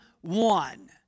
one